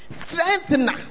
strengthener